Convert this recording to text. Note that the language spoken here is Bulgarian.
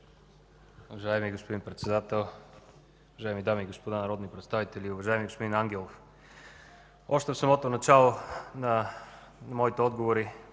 Уважаеми господин Председател, уважаеми дами и господа народни представители! Уважаеми господин Ангелов, още в самото начало на моите отговори